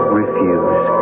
refuse